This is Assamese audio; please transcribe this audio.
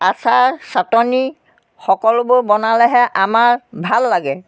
আচাৰ চাটনি সকলোবোৰ বনালেহে আমাৰ ভাল লাগে